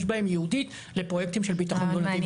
בהם ייעודית לפרויקטים של ביטחון תזונתי.